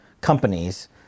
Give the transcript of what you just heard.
companies